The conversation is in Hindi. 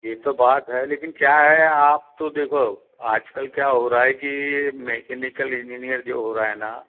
ये तो बात है लेकिन क्या है आप तो देखो आजकल क्या हो रहा है कि मैकेनिकल इंजीनियर जो हो रहा है ना